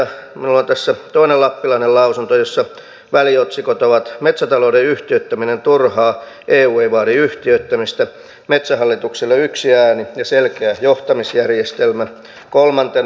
minulla on tässä toinen lappilainen lausunto jossa väliotsikot ovat metsätalouden yhtiöittäminen turhaa eu ei vaadi yhtiöittämistä metsähallituksella yksi ääni ja selkeä johtamisjärjestelmä kolmantena